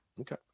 Okay